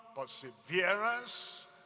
perseverance